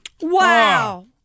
Wow